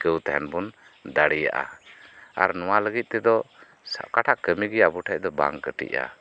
ᱴᱤᱠᱟᱹᱣ ᱛᱟᱦᱮᱸᱱ ᱵᱚᱱ ᱫᱟᱲᱮᱭᱟᱜᱼᱟ ᱱᱚᱣᱟ ᱞᱟᱹᱜᱤᱫ ᱛᱮᱫᱚ ᱚᱠᱟᱴᱟᱜ ᱠᱟᱹᱢᱤᱜᱮ ᱟᱵᱚ ᱴᱷᱮᱡ ᱫᱚ ᱵᱟᱝ ᱠᱟᱹᱴᱤᱡᱟ